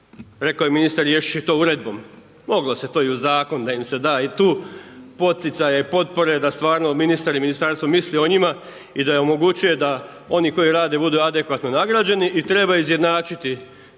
Rekao je ministar, riješiti će se to uredbom. Moglo se je to i u zakon, da im se da i tu poticaje i potpore, da stvarno ministar i ministarstvo misle o njima i da im omogućuje da oni koji rade budu adekvatno nagrađeni i treba izjednačiti